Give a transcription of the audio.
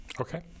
Okay